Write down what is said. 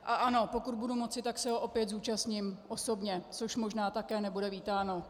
A ano, pokud budu moci, tak se ho opět zúčastním osobně, což možná také nebude vítáno.